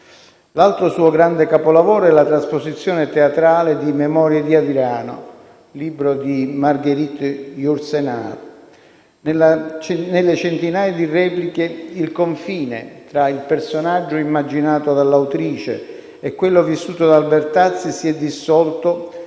L'altro suo grande capolavoro è la trasposizione teatrale di «Memorie di Adriano», libro di Marguerite Yourcenar. Nelle centinaia di repliche, il confine tra il personaggio immaginato dall'autrice e quello vissuto da Albertazzi si è dissolto